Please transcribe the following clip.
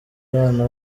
abana